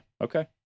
Okay